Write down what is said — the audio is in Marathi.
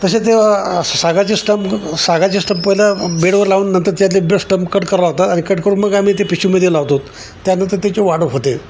तसे ते सागाची स्टंप सागाची स्टंप पहिला बेडवर लावून नंतर त्यातले बेस्ट स्टंप कट करावं लागतात आणि कट करून मग आम्ही ते पिशवीमध्ये लावतो त्यानंतर त्याची वाढ होते